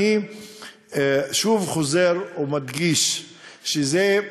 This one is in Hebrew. אני שוב חוזר ומדגיש שזה,